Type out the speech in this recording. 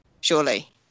Surely